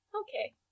Okay